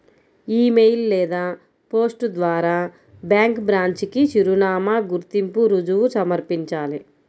ఇ mail లేదా post ద్వారా bank branch కి చిరునామా, గుర్తింపు రుజువు సమర్పించాలి